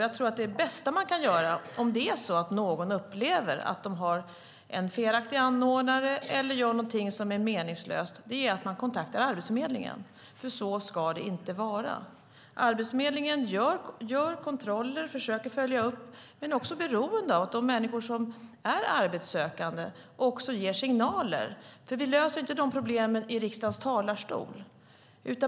Jag tror att det bästa man kan göra om det är så att någon upplever att de har en felaktig anordnare eller gör någonting som är meningslöst är att kontakta Arbetsförmedlingen, för så ska det inte vara. Arbetsförmedlingen gör kontroller och försöker följa upp men är också beroende av att de människor som är arbetssökande ger signaler, för vi löser inte dessa problem i riksdagens talarstol.